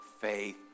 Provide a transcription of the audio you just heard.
faith